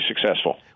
successful